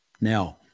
Now